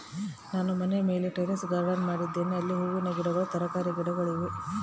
ನಾನು ಮನೆಯ ಮೇಲೆ ಟೆರೇಸ್ ಗಾರ್ಡೆನ್ ಮಾಡಿದ್ದೇನೆ, ಅಲ್ಲಿ ಹೂವಿನ ಗಿಡಗಳು, ತರಕಾರಿಯ ಗಿಡಗಳಿವೆ